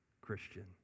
Christian